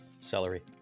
celery